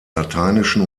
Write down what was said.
lateinischen